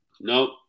No